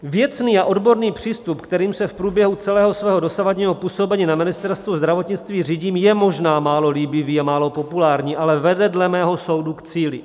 Věcný a odborný přístup, kterým se v průběhu celého svého dosavadního působení na Ministerstvu zdravotnictví řídím, je možná málo líbivý a málo populární, ale vede dle mého soudu k cíli.